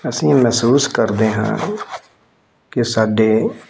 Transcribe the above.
ਅਸੀਂ ਮਹਿਸੂਸ ਕਰਦੇ ਹਾਂ ਕਿ ਸਾਡੇ